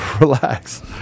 Relax